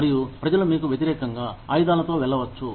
మరియు ప్రజలు మీకు వ్యతిరేకంగా ఆయుధాలతో వెళ్ళవచ్చు